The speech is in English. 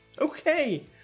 Okay